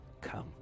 come